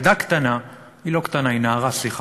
אבל ילדה קטנה, היא לא קטנה, היא נערה, סליחה.